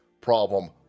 problem